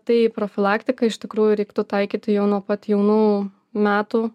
tai profilaktiką iš tikrųjų reiktų taikyti jau nuo pat jaunų metų